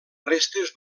restes